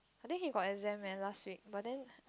I think he got exam leh last week but then